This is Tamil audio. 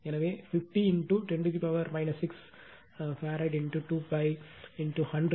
எனவே 50 10 6 ஃபாரட் 2π 100